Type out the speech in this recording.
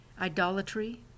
idolatry